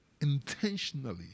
intentionally